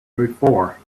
before